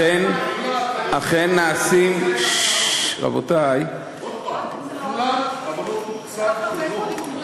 אכן נעשים, רבותי, עוד הפעם, הוחלט אבל לא תוקצב.